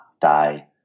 die